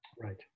Right